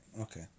okay